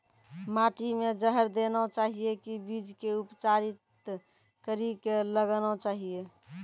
माटी मे जहर देना चाहिए की बीज के उपचारित कड़ी के लगाना चाहिए?